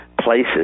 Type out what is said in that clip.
places